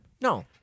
no